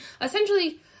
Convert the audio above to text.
essentially